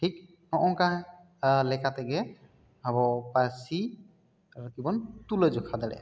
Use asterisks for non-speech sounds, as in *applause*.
ᱴᱷᱤᱠ ᱦᱚᱜᱼᱚᱭ ᱚᱱᱠᱟ ᱞᱮᱠᱟ ᱛᱮᱜᱮ ᱟᱵᱚ ᱯᱟᱹᱨᱥᱤ ᱠᱟᱹᱴᱤᱡ *unintelligible* ᱵᱚᱱ ᱛᱩᱞᱟᱹᱣ ᱡᱚᱠᱷᱟ ᱫᱟᱲᱮᱭᱟᱜᱼᱟ